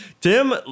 Tim